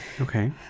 Okay